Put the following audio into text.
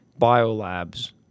biolabs